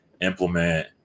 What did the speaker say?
implement